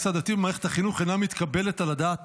עדתי במערכת החינוך אינה מתקבלת על הדעת